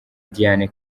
diana